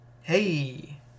Hey